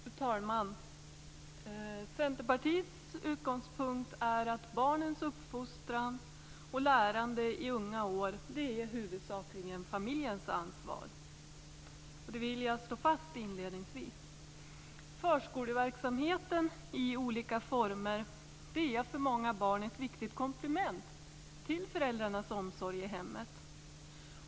Fru talman! Centerpartiets utgångspunkt är att barnens uppfostran och lärande i unga år huvudsakligen är familjens ansvar. Det vill jag inledningsvis slå fast. Förskoleverksamheten i olika former är för många barn ett viktigt komplement till föräldrarnas omsorg i hemmet.